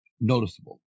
noticeable